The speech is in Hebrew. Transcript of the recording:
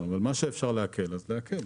במה שאפשר להקל, צריך להקל.